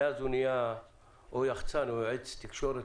ומאז הוא נהיה או יחצ"ן או יועץ תקשורת,